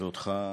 ואותך,